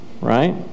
right